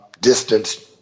distance